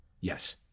Yes